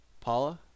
Paula